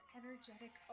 energetic